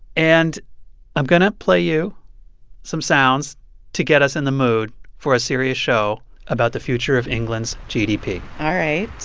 and i'm going to play you some sounds to get us in the mood for a serious show about the future of england's gdp all right